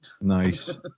nice